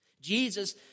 Jesus